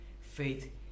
Faith